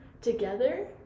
together